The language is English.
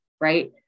right